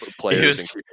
players